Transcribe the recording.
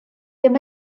ddim